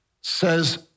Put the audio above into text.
says